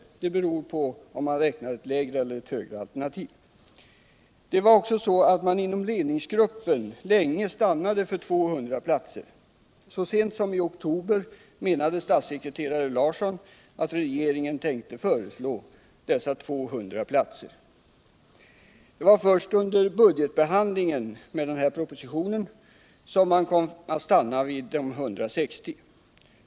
Detta beror på om man räknar ett lägre eller ett högre alternativ. Inom ledningsgruppen stannade man länge inför 200 platser. Så sent som i oktober menade statssekreterare Larsson att regeringen tänkte föreslå dessa 200 platser. Det var först under budgetbehandlingen i samband med den här propositionen som man kom att stanna vid 160.